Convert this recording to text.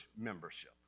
membership